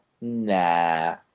nah